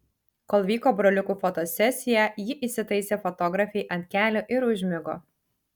kol vyko broliukų fotosesija ji įsitaisė fotografei ant kelių ir užmigo